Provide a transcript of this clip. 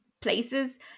places